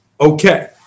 Okay